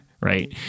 right